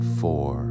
four